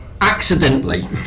Accidentally